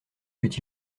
put